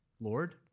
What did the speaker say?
Lord